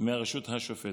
מהרשות השופטת,